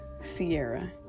Sierra